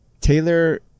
Taylor